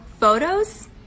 photos